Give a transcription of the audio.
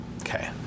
okay